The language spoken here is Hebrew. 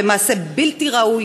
במעשה בלתי ראוי,